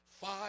five